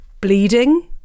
bleeding